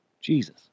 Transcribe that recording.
Jesus